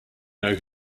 know